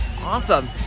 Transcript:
Awesome